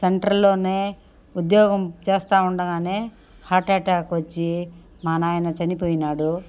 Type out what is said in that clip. సెంటర్లోనే ఉద్యోగం చేస్తా ఉండగానే హార్ట్ ఎటాక్ వచ్చి మా నాయన చనిపోయినాడు